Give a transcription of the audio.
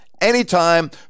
anytime